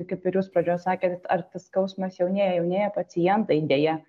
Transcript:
kaip ir jūs pradžioje sakėt ar tas skausmas jaunėja jaunėja pacientai deja